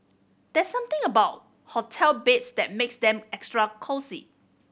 there's something about hotel beds that makes them extra cosy